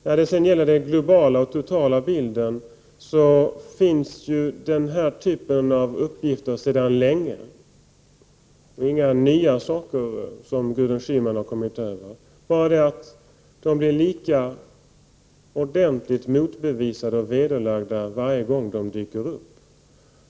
När det sedan gäller den globala och totala bilden finns ju Gudrun 29 Schymans uppgifter sedan en lång tid tillbaka, det är inga nyheter som hon har kommit över. Uppfattningarna blir lika ordentligt vederlagda varje gång som de dyker upp.